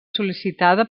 sol·licitada